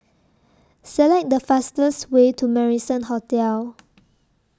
Select The fastest Way to Marrison Hotel